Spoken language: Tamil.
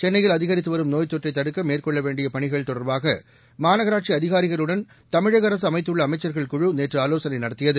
சென்னையில் அதிகரித்துவரும் நோய்த்தொற்றை தடுக்க மேற்கொள்ள வேண்டிய பணிகள் தொடர்பாக மாநகராட்சி அதிகாரிகளுடன் தமிழக அரசு அமைத்துள்ள அமைச்ச்கள் குழு நேற்று ஆலோசனை நடத்தியது